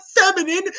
feminine